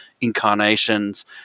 incarnations